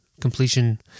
completion